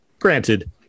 granted